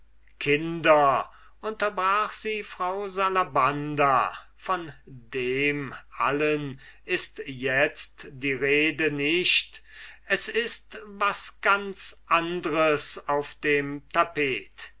kinder unterbrach sie frau salabanda von dem allen ist itzt die rede nicht es ist was ganz anders auf dem tapet